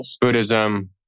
Buddhism